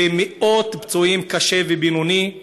ומאות פצועים קשה ובינוני,